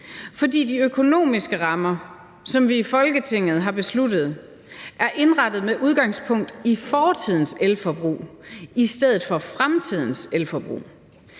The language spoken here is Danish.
fordi de økonomiske rammer, som vi i Folketinget har besluttet, er indrettet med udgangspunkt i fortidens elforbrug i stedet for fremtidens elforbrug.